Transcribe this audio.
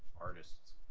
artist's